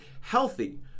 healthy